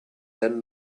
then